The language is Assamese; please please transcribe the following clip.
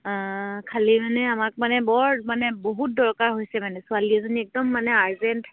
খালী মানে আমাক মানে বৰ মানে বহুত দৰকাৰ হৈছে মানে ছোৱালী এজনী একদম মানে আৰ্জেণ্ট